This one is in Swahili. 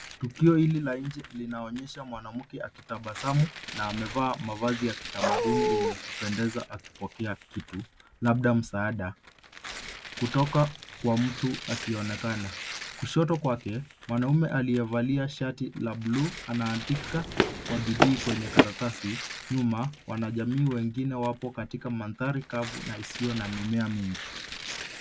Tukio hili la nje linaonyesha mwanamke akitabasamu na amevaa mavazi ya kitamaduni yenye kupendeza akipokea kitu labda msaada kutoka kwa mtu asiyeonekana. Kushoto kwake, mwanaume aliyevalia shati la blue anaandika kwa bidii kwenye karatasi. Nyuma, wanajamii wengine wapo katika mandhari kavu na isiyo na mimea mingi.